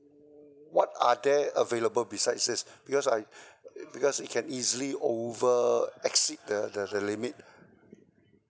what are there available beside this because I because it can easily over exceed the the the limit